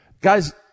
Guys